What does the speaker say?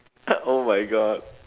oh my god